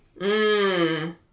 Mmm